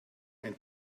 ein